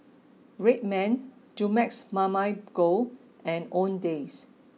Red Man Dumex Mamil Gold and Owndays